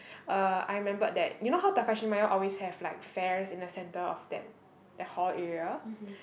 uh I remembered that you know how Takashimaya always have like fairs in the center of that the hall area